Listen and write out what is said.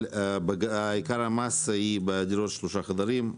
אבל עיקר המאסה היא בדירות של שלושה חדרים,